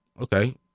okay